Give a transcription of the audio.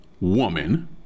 woman